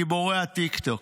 גיבורי הטיקטוק.